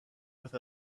with